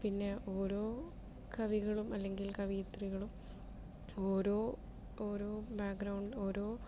പിന്നെ ഓരോ കവികളും അല്ലെങ്കിൽ കവിയത്രികളും ഓരോ ഓരോ ബാഗ്രൗണ്ട് ഓരോ